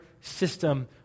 system